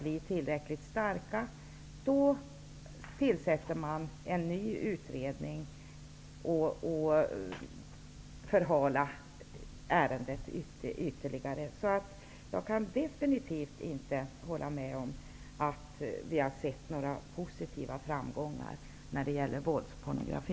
Det är precis samma sak som när man diskuterar kriminalisering av prostitution. Jag kan definitivt inte hålla med om att vi har sett framgångar när det gäller bekämpningen av våldspornografi.